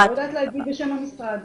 אני לא יודעת להגיד בשם המשרד.